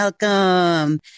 welcome